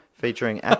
featuring